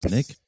Nick